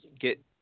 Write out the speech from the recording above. get